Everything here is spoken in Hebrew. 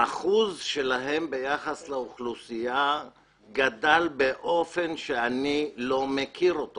האחוז שלהם ביחס לאוכלוסייה גדל באופן שאני לא מכיר אותו.